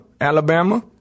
Alabama